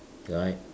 right